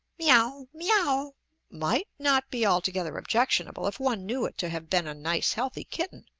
me-aow, me-aow might not be altogether objectionable if one knew it to have been a nice healthy kitten,